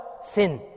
sin